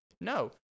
No